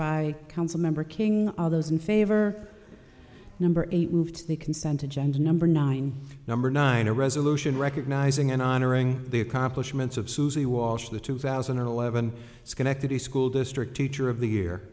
by council member king are those in favor number eight moved the consent agenda number nine number nine a resolution recognizing and honoring the accomplishments of susie walsh the two thousand and eleven schenectady school district teacher of the year